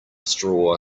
straw